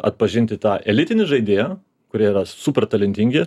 atpažinti tą elitinį žaidėją kurie yra super talentingi